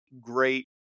great